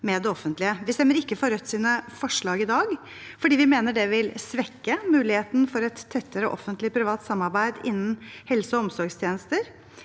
Vi stemmer ikke for Rødts forslag i dag, fordi vi mener det vil svekke muligheten for et tettere offentlig-privat samarbeid innenfor helse- og omsorgstjenester.